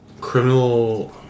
Criminal